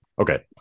Okay